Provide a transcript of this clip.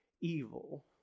evil